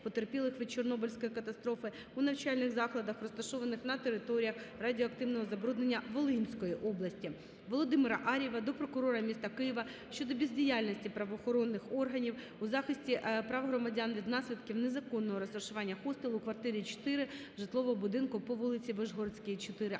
потерпілих від Чорнобильської катастрофи, у навчальних закладах, розташованих на територіях радіоактивного забруднення Волинської області. Володимира Ар'єва до прокурора міста Києва щодо бездіяльності правоохоронних органів у захисті прав громадян від наслідків незаконного розташування "хостелу" у квартирі 4 житлового будинку по вулиці Вишгородській, 4-А у місті